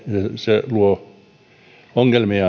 se luo ongelmia